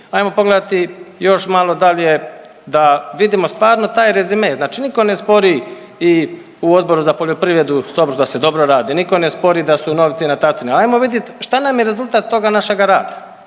Ajmo pogledati još malo dalje da vidimo stvarno taj rezime. Znači nitko ne spori i u Odboru za poljoprivredu da se dobro radi, nitko ne spori da su novci na tacni. Ajmo vidit šta nam je rezultat toga našega rada?